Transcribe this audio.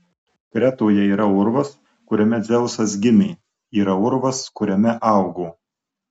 kretoje yra urvas kuriame dzeusas gimė yra urvas kuriame augo